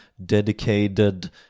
dedicated